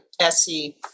SE